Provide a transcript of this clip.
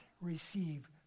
receive